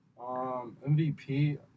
MVP